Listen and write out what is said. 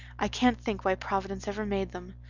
i can't think why providence ever made them.